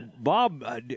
Bob